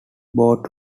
brought